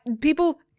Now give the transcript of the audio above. people